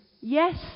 yes